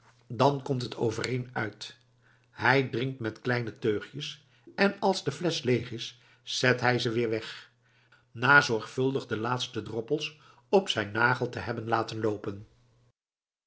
dan komt het overeen uit hij drinkt met kleine teugjes en als de flesch leeg is zet hij ze weer weg na zorgvuldig de laatste droppels op zijn nagel te hebben laten loopen